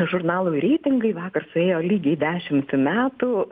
žurnalui reitingai vakar suėjo lygiai dešimt metų